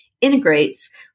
integrates